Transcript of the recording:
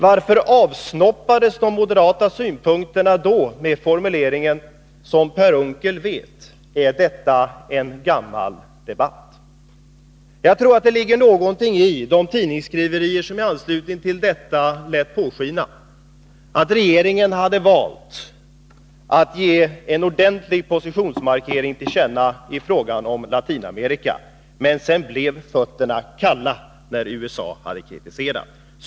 Varför avsnoppades de moderata synpunkterna då med formuleringen ”som Per Unckel vet är detta en gammal debatt”? Jag tror att det ligger någonting i skriverierna i de tidningar som i anslutning till detta lät påskina att regeringen hade valt att ge en ordentlig positionsmarkering till känna i fråga om Latinamerika, men att fötterna blev kalla när USA hade kritiserat.